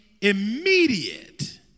immediate